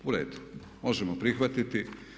U redu, možemo prihvatiti.